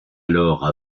alors